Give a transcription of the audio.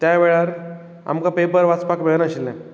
एकावेळार आमकां पेपर वाचपाक मेळनाशिल्लें